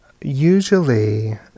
usually